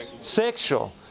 sexual